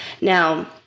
Now